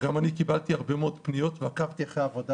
גם אני קיבלתי הרבה מאוד פניות ועקבתי אחרי העבודה